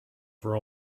for